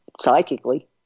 psychically